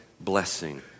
blessing